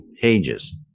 pages